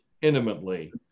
intimately